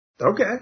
Okay